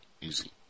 easy